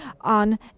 on